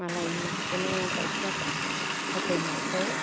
मालायनि बिदिनो गायखेर होफैनायखौ